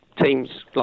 team's